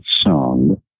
song